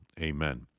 Amen